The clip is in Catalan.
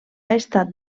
estat